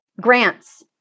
grants